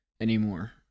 anymore